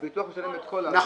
הביטוח משלם את כל --- נכון.